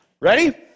Ready